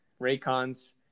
Raycons